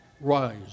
rise